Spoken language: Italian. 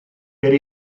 per